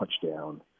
touchdown